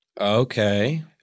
Okay